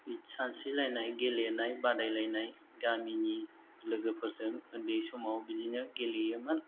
सानस्रिलायनाय गेलेनाय बादायलायनाय गामिनि लोगोफोरजों उन्दै समाव बिदिनो गेलेयोमोन